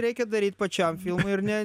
reikia daryt pačiam filmų ir ne